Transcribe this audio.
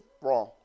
wrong